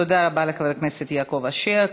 תודה רבה לחבר הכנסת יעקב אשר.